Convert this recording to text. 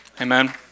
Amen